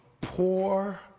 poor